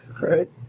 Right